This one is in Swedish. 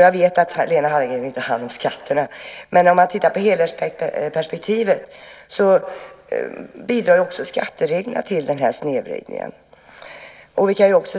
Jag vet att Lena Hallengren inte har hand om skatterna, men om man tittar på helhetsperspektivet bidrar också skattereglerna till den här snedvridningen. Också